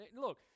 Look